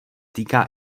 týká